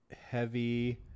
heavy